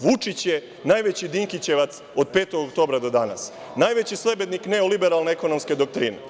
Vučić je najveći dinkićevac od 5. oktobra do danas, najveći sledbenik neliberalne ekonomske doktrine.